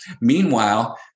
Meanwhile